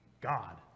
God